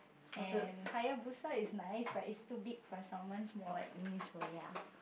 and Hayabusa is nice but it's too big for someone small like me so ya